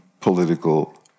political